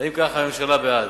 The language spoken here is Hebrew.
אם כך, הממשלה בעד.